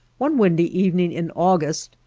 one windy evening in august,